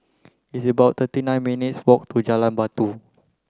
it's about thirty nine minutes' walk to Jalan Batu